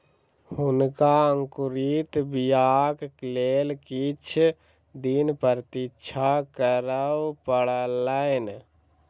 हुनका अंकुरित बीयाक लेल किछ दिन प्रतीक्षा करअ पड़लैन